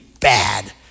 bad